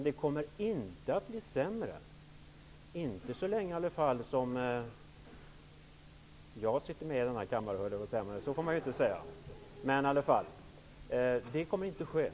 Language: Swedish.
Det kommer i varje fall inte att bli sämre -- inte så länge jag sitter med i denna kammare, höll jag på att säga. Men så får man inte säga.